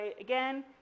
Again